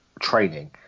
training